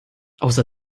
außer